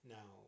Now